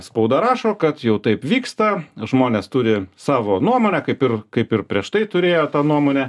spauda rašo kad jau taip vyksta žmonės turi savo nuomonę kaip ir kaip ir prieš tai turėjo tą nuomonę